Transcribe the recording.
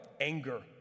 anger